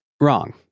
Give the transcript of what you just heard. Wrong